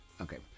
okay